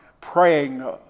praying